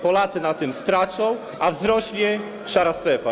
Polacy na tym stracą, a wzrośnie szara strefa.